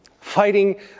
Fighting